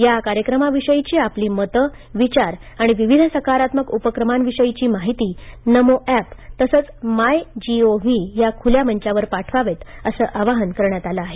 या कार्यक्रमाविषयीची आपली मते विचार आणि विविध सकारात्मक उपक्रमांविषयीची माहिती नमों एप तसंच माय जी ओ व्ही या खुल्या मंचावर पाठवावेत असं आवाहन करण्यात आलं आहे